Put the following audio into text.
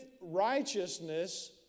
righteousness